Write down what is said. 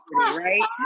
right